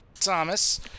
thomas